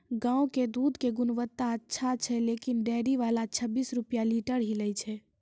गांव के दूध के गुणवत्ता अच्छा छै लेकिन डेयरी वाला छब्बीस रुपिया लीटर ही लेय छै?